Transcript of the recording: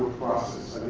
process